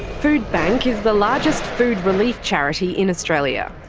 foodbank is the largest food relief charity in australia.